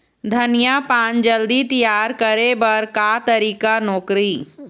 धनिया पान जल्दी तियार करे बर का तरीका नोकरी?